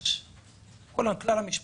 למעשה כלל המשפחות,